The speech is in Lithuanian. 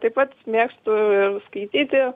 taip pat mėgstu skaityti